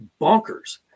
bonkers